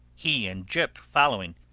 he and jip following.